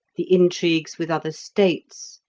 the intrigues with other states,